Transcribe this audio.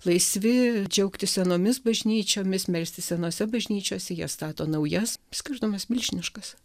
laisvi džiaugtis senomis bažnyčiomis melstis senose bažnyčiose jie stato naujas skirtumas milžiniškas